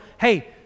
hey